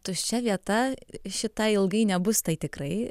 tuščia vieta šita ilgai nebus tai tikrai